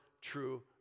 true